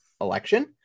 election